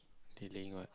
delaying what